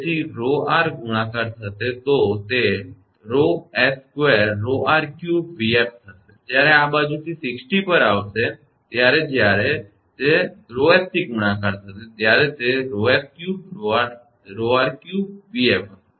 તેથી તે 𝜌𝑟 ગુણાકાર થશે તે 𝜌𝑠2𝜌𝑟3𝑣𝑓 હશે અને જ્યારે આ બાજુથી 6 T પર આવશે ત્યારે જ્યારે તે 𝜌𝑠 થી ગુણાકાર થશે ત્યારે તે 𝜌𝑠3𝜌𝑟3𝑣𝑓 હશે અને તેથી